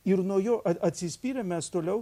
ir nuo jo atsispyrę mes toliau